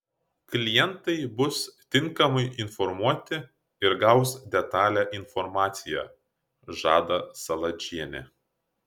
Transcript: klientai bus tinkamai informuoti ir gaus detalią informaciją žada saladžienė